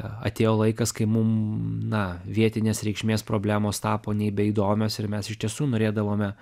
atėjo laikas kai mum na vietinės reikšmės problemos tapo nebeįdomios ir mes iš tiesų norėdavome